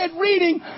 reading